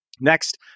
next